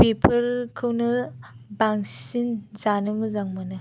बेफोरखौनो बांसिन जानो मोजां मोनो